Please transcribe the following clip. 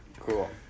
cool